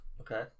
Okay